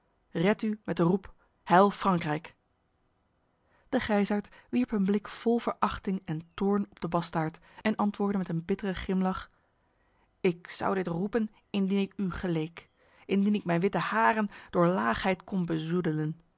red u met de roep heil frankrijk de grijsaard wierp een blik vol verachting en toorn op de bastaard en antwoordde met een bittere grimlach ik zou dit roepen indien ik u geleek indien ik mijn witte haren door laagheid kon